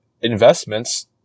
investments